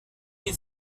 les